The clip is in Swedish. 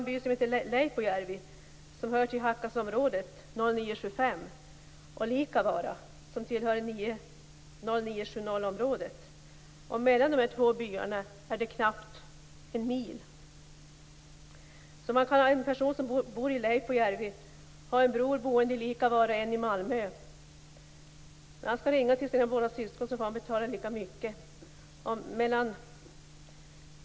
Det finns en by som heter Mellan dessa två byar är det knappt en mil. En person som bor i Leipojärvi kan ha en bror som bor Liikavara och en i Malmö. När han skall ringa till sina båda syskon får han betala lika mycket.